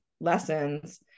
lessons